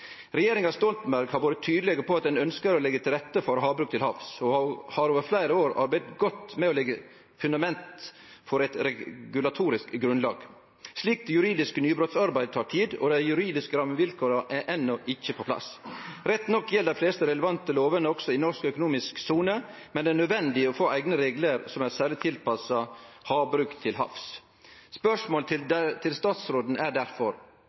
Regjeringa Solberg har vore tydelege på at ein ønskjer å leggje til rette for havbruk til havs og har over fleire år arbeidd godt med å leggje fundament for eit regulatorisk grunnlag. Slikt juridisk nybrottsarbeid tek tid, og dei juridiske rammevilkåra er enno ikkje på plass. Rett nok gjeld dei fleste relevante lovene også i norsk økonomisk sone, men det er nødvendig å få eigne reglar som er særleg tilpassa havbruk til havs. Spørsmålet til statsråden er difor: Kan statsråden